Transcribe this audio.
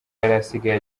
yarasigaye